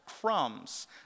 crumbs